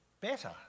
better